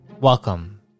Welcome